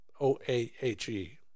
o-a-h-e